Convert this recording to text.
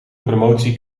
promotie